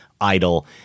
idol